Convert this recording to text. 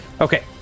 Okay